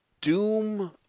Doom